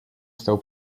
stał